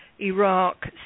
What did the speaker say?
Iraq